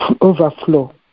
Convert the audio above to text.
Overflow